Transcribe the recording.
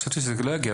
חשבתי שזה לא יגיע,